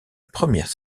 première